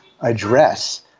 address